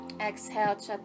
Exhale